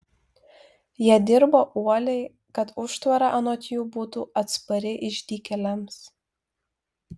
jie dirbo uoliai kad užtvara anot jų būtų atspari išdykėliams